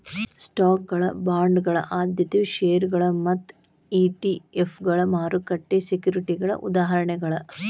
ಸ್ಟಾಕ್ಗಳ ಬಾಂಡ್ಗಳ ಆದ್ಯತೆಯ ಷೇರುಗಳ ಮತ್ತ ಇ.ಟಿ.ಎಫ್ಗಳ ಮಾರುಕಟ್ಟೆ ಸೆಕ್ಯುರಿಟಿಗಳ ಉದಾಹರಣೆಗಳ